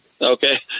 Okay